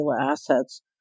assets